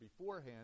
beforehand